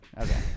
Okay